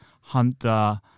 Hunter